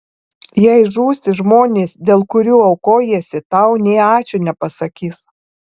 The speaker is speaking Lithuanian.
jei žūsi žmonės dėl kurių aukojiesi tau nė ačiū nepasakys